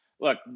look